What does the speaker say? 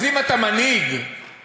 אז אם אתה מנהיג חזק,